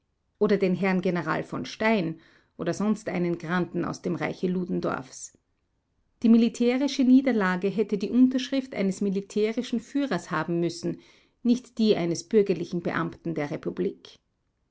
oder den herrn general v stein oder sonst einen granden aus dem reiche ludendorffs die militärische niederlage hätte die unterschrift eines militärischen führers haben müssen nicht die eines bürgerlichen beamten der republik